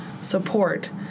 support